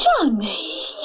Johnny